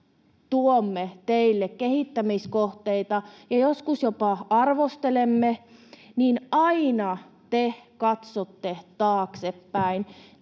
tuomme teille kehittämiskohteita, ja joskus jopa arvostelemme, niin aina te katsotte taaksepäin.